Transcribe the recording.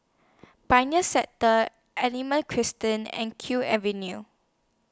Pioneer Sector aliment cresting and Q Avenue